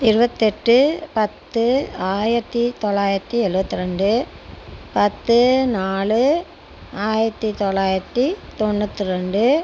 இருபத்தெட்டு பத்து ஆயரத்தி தொள்ளாயரத்தி எழுபத்தி ரெண்டு பத்து நாலு ஆயிரத்தி தொள்ளாயரத்தி தொண்ணூற்று ரெண்டு